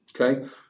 okay